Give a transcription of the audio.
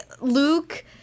Luke